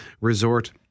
Resort